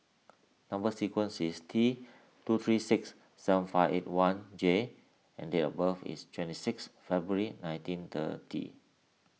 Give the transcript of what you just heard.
Number Sequence is T two three six seven five eight one J and date of birth is twenty six February nineteen thirty